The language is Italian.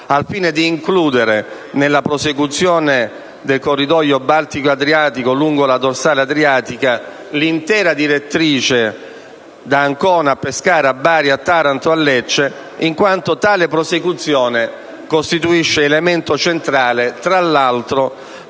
al fine di includere nella prosecuzione del corridoio Baltico-Adriatico, lungo la dorsale adriatica, l'intera direttrice Ancona-Pescara-Bari-Taranto-Lecce, in quanto tale prosecuzione costituisce elemento centrale, tra l'altro